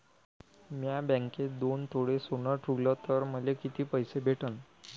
म्या बँकेत दोन तोळे सोनं ठुलं तर मले किती पैसे भेटन